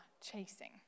chasing